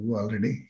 already